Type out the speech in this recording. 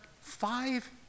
five